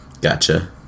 gotcha